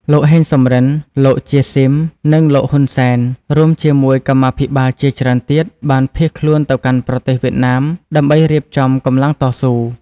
លោក ហេង សំរិន លោក ជា ស៊ីម និងលោក ហ៊ុន សែន រួមជាមួយកម្មាភិបាលជាច្រើនទៀត បានភៀសខ្លួនទៅកាន់ប្រទេសវៀតណាមដើម្បីរៀបចំកម្លាំងតស៊ូ។